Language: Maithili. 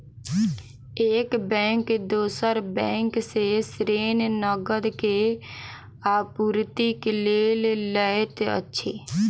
एक बैंक दोसर बैंक सॅ ऋण, नकद के आपूर्तिक लेल लैत अछि